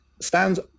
stands